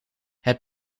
het